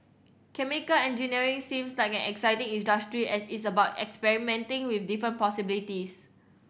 chemical engineering seems like an exciting as it's about experimenting with different possibilities